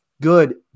good